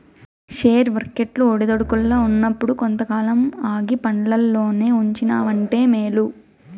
share వర్కెట్లు ఒడిదుడుకుల్ల ఉన్నప్పుడు కొంతకాలం ఆగి పండ్లల్లోనే ఉంచినావంటే మేలు